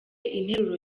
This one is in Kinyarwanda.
interuro